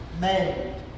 made